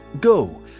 go